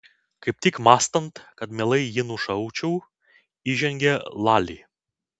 kaip tik mąstant kad mielai jį nušaučiau įžengė lali